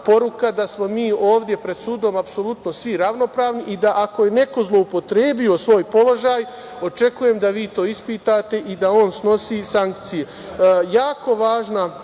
da smo mi ovde pred sudom apsolutno svi ravnopravni i da ako je neko zloupotrebio svoj položaj očekujem da vi to ispitate i da on snosi sankcije. Jako